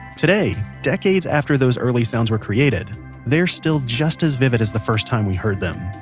today, decades after those early sounds were created they're still just as vivid as the first time we heard them.